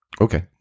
Okay